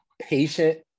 Patient